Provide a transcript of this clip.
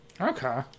Okay